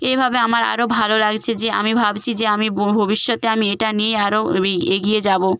এ ভাবে আমার আরও ভালো লাগছে যে আমি ভাবছি যে আমি ভবিষ্যতে আমি এটা নিয়ে আরো এগিয়ে যাব